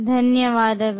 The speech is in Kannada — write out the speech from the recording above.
ಧನ್ಯವಾದಗಳು